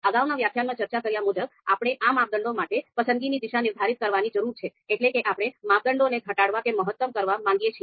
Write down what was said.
અગાઉના વ્યાખ્યાનમાં ચર્ચા કર્યા મુજબ આપણે આ માપદંડો માટે પસંદગીની દિશા નિર્ધારિત કરવાની જરૂર છે એટલે કે આપણે માપદંડોને ઘટાડવા કે મહત્તમ કરવા માંગીએ છીએ